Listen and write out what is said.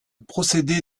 procédé